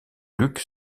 luke